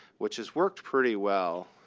which has worked pretty well.